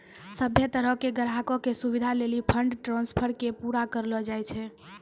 सभ्भे तरहो के ग्राहको के सुविधे लेली फंड ट्रांस्फर के पूरा करलो जाय छै